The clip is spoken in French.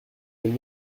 les